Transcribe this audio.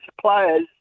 players